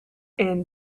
and